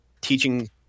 teaching